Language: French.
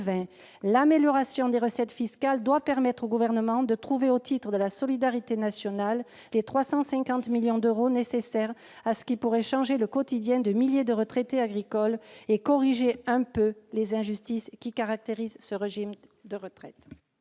L'amélioration des recettes fiscales doit permettre au Gouvernement de trouver, au titre de la solidarité nationale, les 350 millions d'euros nécessaires qui pourraient changer le quotidien de milliers de retraités agricoles et corriger un peu les injustices qui caractérisent ce régime de retraite.